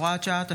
הוראת שעה),